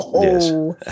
Yes